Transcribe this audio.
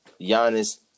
Giannis